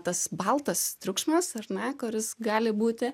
tas baltas triukšmas ar ne kuris gali būti